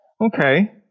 Okay